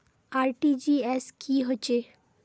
RTGS की होचए?